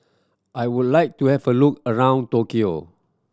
I would like to have a look around Tokyo